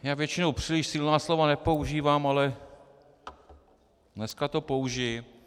Já většinou příliš silná slova nepoužívám, ale dneska je použiji.